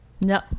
No